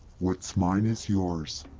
what's mine is yours.